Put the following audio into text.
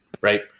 right